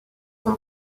son